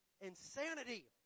insanity